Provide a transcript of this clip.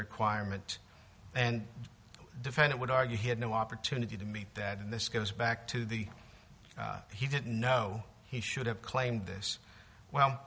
requirement and defend it would argue he had no opportunity to meet that this goes back to the he didn't know he should have claimed this well